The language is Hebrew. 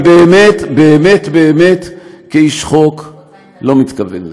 באמת באמת באמת כאיש חוק לא מתכוון לזה.